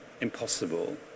impossible